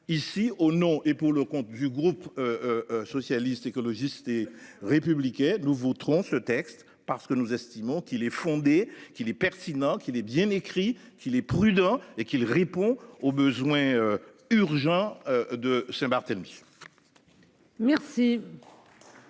ici au nom et pour le compte du groupe. Socialiste, écologiste et républicaine nous voterons ce texte parce que nous estimons qu'il est fondé qu'il est pertinent qu'il est bien écrit qu'il est prudent et qu'il répond aux besoins urgents. De Saint-Barthélemy. Merci.